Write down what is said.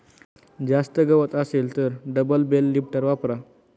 जास्त गवत असेल तर डबल बेल लिफ्टर वापरा